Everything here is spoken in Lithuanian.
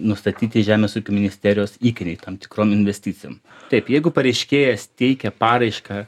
nustatyti žemės ūkio ministerijos įkainiai tam tikrom investicijom taip jeigu pareiškėjas teikia paraišką